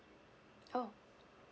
oh